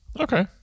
okay